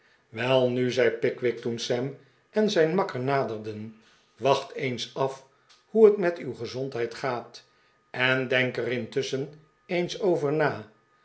welmi zei pickwick toen sam en zijn makker naderden wacht eens af hoe het met uw gezondheid gaat en denk er intusschen eens over na